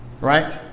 Right